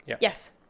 Yes